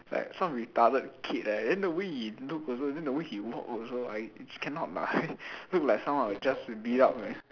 it's like retarded kid like that then the way he look also and the way he walk also I it's cannot lah looks like someone I would just beat up man